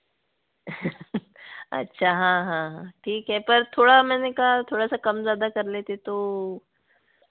अच्छा हाँ हाँ ठीक है पर थोड़ा मैंने कहा थोड़ा कम ज़्यादा कर लेते तो